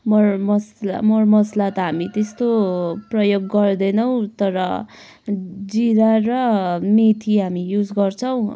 मरमसला मरमसला त हामी त्यस्तो प्रयोग गर्दैनौँ तर जीरा र मेथी हामी युज गर्छौँ